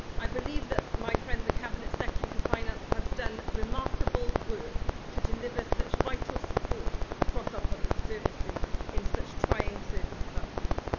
i believe that my friend, the cabinet secretary for finance, has done remarkable work to deliver such vital support across our public services in such trying circumstances.